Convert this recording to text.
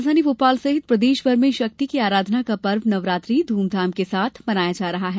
राजधानी भोपाल सहित प्रदेशभर में शक्ति की आराधना का पर्व नवरात्रि धूमधाम के साथ मनाया जा रहा है